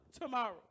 tomorrow